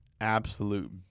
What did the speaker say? absolute